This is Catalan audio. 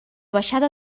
baixada